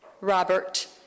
Robert